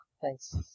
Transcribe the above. Thanks